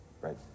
Right